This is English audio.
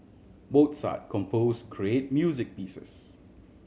Mozart compose great music pieces